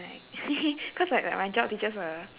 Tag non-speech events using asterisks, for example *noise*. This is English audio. like *laughs* cause like uh my geog teachers were